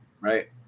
Right